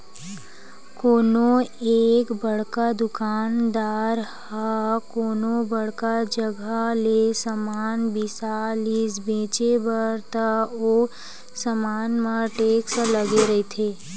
कोनो एक बड़का दुकानदार ह कोनो बड़का जघा ले समान बिसा लिस बेंचे बर त ओ समान म टेक्स लगे रहिथे